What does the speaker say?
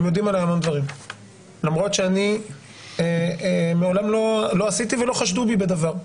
הם יודעים עלי המון דברים למרות שאני מעולם לא עשיתי ולא חשדו בי בדבר.